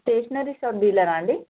stationery shop డీలరా అండి